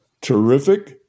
terrific